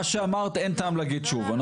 מה שאמרת אין טעם להגיד שוב.